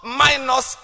minus